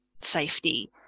safety